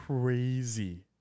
crazy